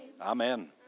amen